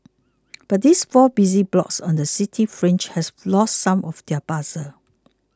but these four busy blocks on the city fringe have lost some of their bustle